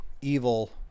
evil